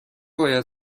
باید